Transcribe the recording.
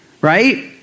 right